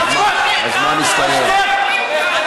הזמן הסתיים.